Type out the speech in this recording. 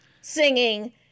Singing